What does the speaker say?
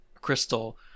Crystal